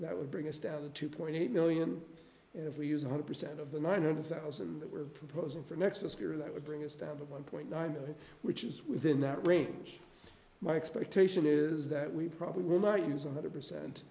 that would bring us down to two point eight million and if we use one hundred percent of the one hundred thousand that we're proposing for next a scare that would bring us down to one point nine million which is within that range my expectation is that we probably will not use one hundred percent